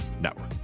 Network